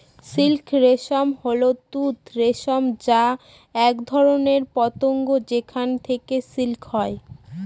silk worm হল তুঁত রেশম যা এক ধরনের পতঙ্গ যেখান থেকে সিল্ক হয়